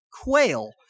quail